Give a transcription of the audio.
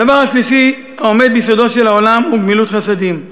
הדבר השלישי העומד ביסודו של העולם הוא גמילות חסדים.